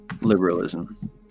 liberalism